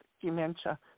dementia